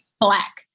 black